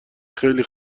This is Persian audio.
خیلی